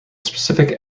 specific